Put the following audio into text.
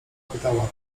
pytała